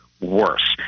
worse